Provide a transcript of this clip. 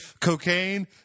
cocaine